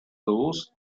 those